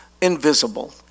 invisible